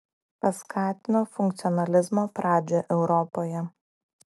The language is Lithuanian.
paskatino funkcionalizmo pradžią europoje